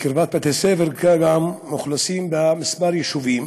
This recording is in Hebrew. ובקרבת בתי-ספר מאוכלסים במספר יישובים,